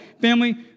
Family